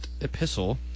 epistle